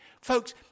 Folks